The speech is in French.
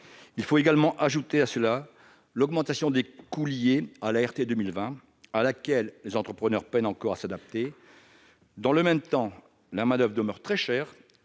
Il faut également ajouter à cela l'augmentation des coûts liée à la réglementation thermique 2020, à laquelle les entrepreneurs peinent encore à s'adapter. Dans le même temps, la main-d'oeuvre demeure très chère